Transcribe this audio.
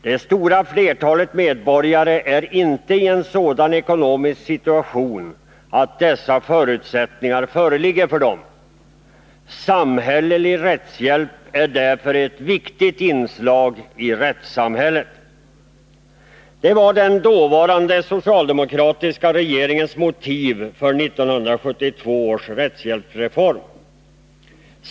Det stora flertalet medborgare är inte i en sådan ekonomisk situation att dessa förutsättningar föreligger för dem. Samhällelig rättshjälp är därför ett viktigt inslag i rättssamhället.” Det var den dåvarande socialdemokratiska regeringens motiv för 1972 års rättshjälpsreform.